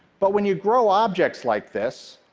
but when you grow objects like this,